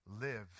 live